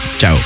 ciao